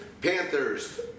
Panthers